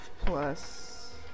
plus